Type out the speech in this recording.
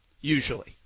usually